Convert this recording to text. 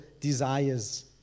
desires